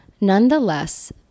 Nonetheless